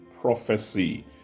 prophecy